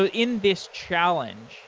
ah in this challenge,